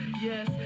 yes